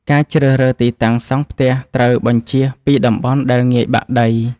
ការជ្រើសរើសទីតាំងសង់ផ្ទះត្រូវបញ្ចៀសពីតំបន់ដែលងាយបាក់ដី។